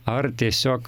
ar tiesiog